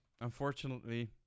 unfortunately